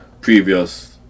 previous